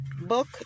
book